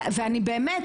באמת,